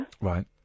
Right